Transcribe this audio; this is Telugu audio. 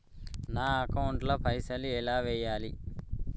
నా అకౌంట్ ల పైసల్ ఎలా వేయాలి?